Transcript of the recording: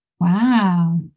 Wow